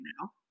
now